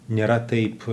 nėra taip